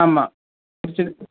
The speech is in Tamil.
ஆமாம் பிடிச்சிருக்கு